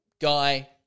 guy